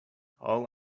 all